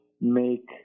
make